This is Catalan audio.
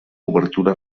obertura